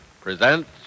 presents